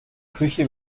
küche